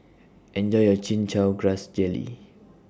Enjoy your Chin Chow Grass Jelly